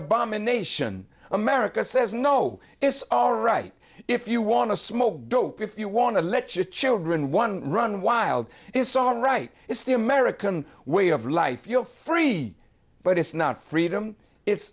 abomination america says no it's alright if you want to smoke dope if you want to let your children one run wild it's all right it's the american way of life feel free but it's not freedom it's